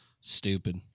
Stupid